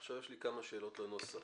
עכשיו יש לי כמה שאלות לנוסח.